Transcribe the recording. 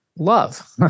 love